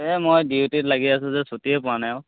এই মই ডিউটিত লাগি আছোঁ যে ছুটিয়ে পোৱা নাই অ